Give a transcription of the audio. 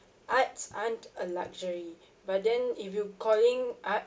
arts aren't a luxury but then if you calling arts